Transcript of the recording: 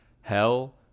Hell